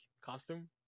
costume